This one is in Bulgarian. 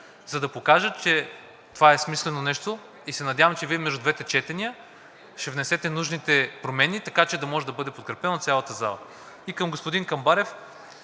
за да покажа, че това е смислено нещо и се надявам, че Вие между двете четения ще внесете нужните промени, така че да може да бъде подкрепен от цялата зала. И към господин Камбарев.